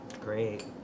Great